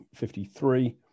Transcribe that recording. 53